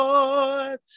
Lord